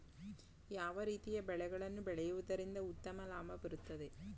ಯಾವ ರೀತಿಯ ಬೆಳೆಗಳನ್ನು ಬೆಳೆಯುವುದರಿಂದ ಉತ್ತಮ ಲಾಭ ಬರುತ್ತದೆ?